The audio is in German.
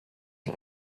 sie